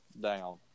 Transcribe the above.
down